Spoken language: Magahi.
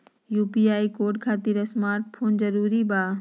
यू.पी.आई कोड खातिर स्मार्ट मोबाइल जरूरी बा?